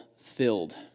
Filled